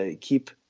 keep